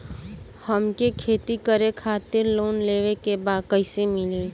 हमके खेती करे खातिर लोन लेवे के बा कइसे मिली?